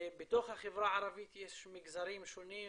שבתוך החברה הערבית יש מגזרים שונים.